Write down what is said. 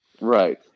right